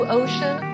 ocean